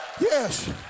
Yes